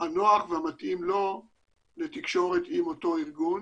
הנוח והמתאים לו לתקשורת עם אותו ארגון